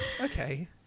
okay